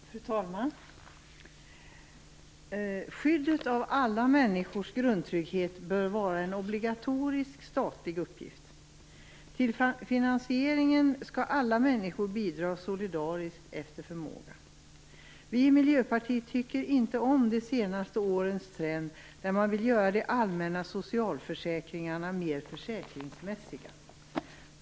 Fru talman! Skyddet av alla människors grundtrygghet bör vara en obligatorisk statlig uppgift. Till finansieringen skall alla människor bidra solidariskt efter förmåga. Vi i Miljöpartiet tycker inte om de senaste årens trend, där man vill göra de allmänna socialförsäkringarna mer försäkringsmässiga.